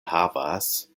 havas